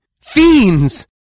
Fiends